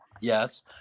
yes